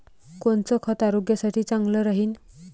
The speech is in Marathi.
कोनचं खत आरोग्यासाठी चांगलं राहीन?